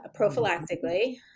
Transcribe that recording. prophylactically